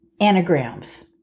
anagrams